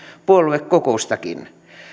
puoluekokoustakin